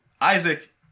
isaac